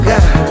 God